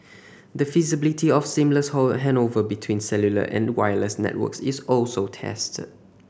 the feasibility of seamless handover between cellular and wireless networks is also tested